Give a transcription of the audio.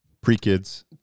Pre-kids